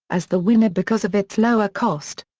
as the winner because of its lower cost.